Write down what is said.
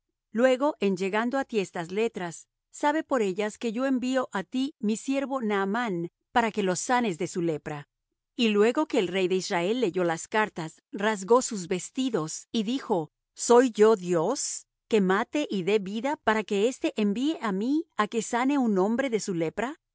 luego en llegando á ti estas letras sabe por ellas que yo envío á ti mi siervo naamán para que lo sanes de su lepra y luego que el rey de israel leyó las cartas rasgó sus vestidos y dijo soy yo dios que mate y dé vida para que éste envíe á mí á que sane un hombre de su lepra